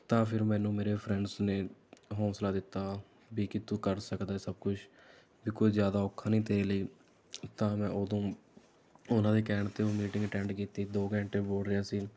ਤਾਂ ਫਿਰ ਮੈਨੂੰ ਮੇਰੇ ਫਰੈਂਡਸ ਨੇ ਹੌਂਸਲਾ ਦਿੱਤਾ ਵੀ ਕਿ ਤੂੰ ਕਰ ਸਕਦਾ ਸਭ ਕੁਛ ਵੀ ਕੋਈ ਜ਼ਿਆਦਾ ਔਖਾ ਨਹੀਂ ਤੇਰੇ ਲਈ ਤਾਂ ਮੈਂ ਉਦੋਂ ਉਹਨਾਂ ਦੇ ਕਹਿਣ 'ਤੇ ਉਹ ਮੀਟਿੰਗ ਅਟੈਂਡ ਕੀਤੀ ਦੋ ਘੰਟੇ ਬੋਲ ਰਿਹਾ ਸੀ